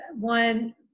one